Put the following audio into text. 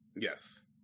Yes